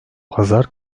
pazar